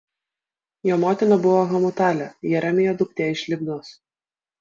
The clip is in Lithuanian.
jo motina buvo hamutalė jeremijo duktė iš libnos